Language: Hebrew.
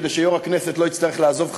כדי שיושב-ראש הכנסת לא יצטרך לעזוב,